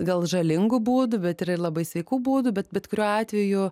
gal žalingų būdų bet yra ir labai sveikų būdų bet bet kuriuo atveju